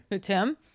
tim